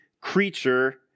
creature